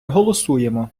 голосуємо